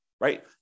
right